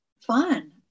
Fun